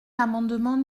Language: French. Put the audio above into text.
l’amendement